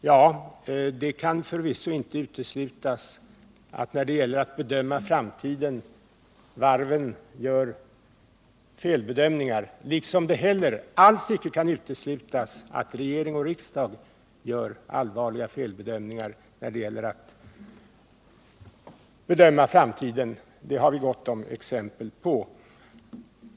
Ja, det kan förvisso inte uteslutas att, när det gäller att bedöma framtiden, varven gör felbedömningar, liksom det heller alls icke kan uteslutas att regering och riksdag gör allvarliga felbedömningar när det gäller att bedöma framtiden — det har vi gott om exempel på.